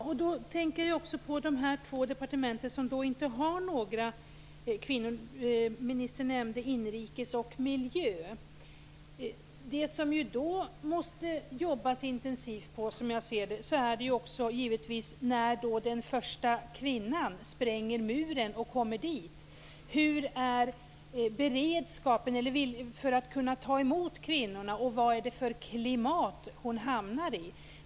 Fru talman! Jag tänker också på de två departementen som inte har några kvinnor. Ministern nämnde Inrikes och Miljödepartementet. Något som man måste jobba intensivt med, som jag ser det, är vad som händer när den första kvinnan spränger muren och kommer dit. Hur är beredskapen för att kunna ta emot henne, och vad är det för klimat hon hamnar i?